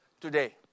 today